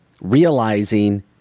realizing